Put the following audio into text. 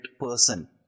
person